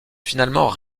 finalement